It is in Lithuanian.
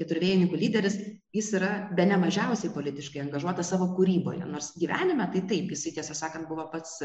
keturvėjininkų lyderis jis yra bene mažiausiai politiškai angažuotas savo kūryboje nors gyvenime tai taip jis tiesą sakant buvo pats